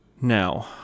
Now